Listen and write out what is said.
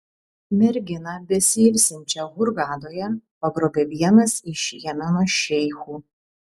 merginą besiilsinčią hurgadoje pagrobė vienas iš jemeno šeichų